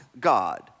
God